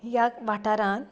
ह्या वाठारांत